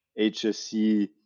HSC